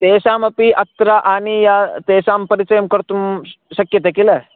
तेषामपि अत्र आनीय तेषां परिचयं कर्तुं शक्यते खिल